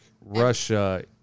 Russia